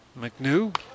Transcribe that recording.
McNew